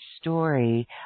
story